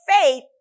faith